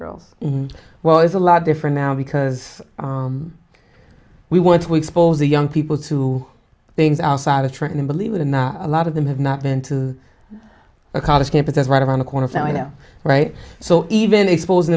girls well it's a lot different now because we want to expose the young people to things outside of trenton believe it or not a lot of them have not been to a college campus is right around the corner family now right so even exposing